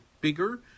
bigger